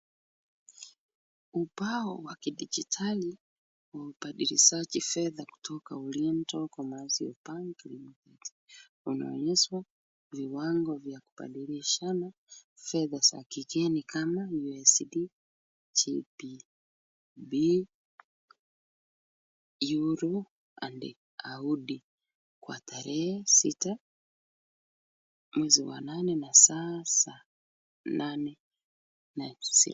Ubao wa kidijitali wa ubadilishaji fedha kutoka ulinto kwa minajili ya banki inaonyeshwa viwango vya kubadilishana fedha za kigeni kama usd, jpd, euro and audi kwa tarehe sita mwezi wa nane na saa saba nane na nusu.